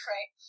Right